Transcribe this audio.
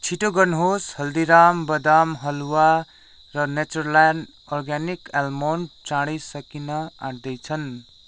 छिटो गर्नुहोस् हल्दीराम बदाम हलुवा र नेचरल्यान्ड अर्ग्यानिक आलमोन्ड चाँडै सकिन आँट्दै छन्